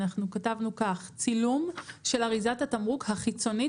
אנחנו כתבנו: "צילום של אריזת התמרוק החיצונית